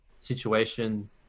situation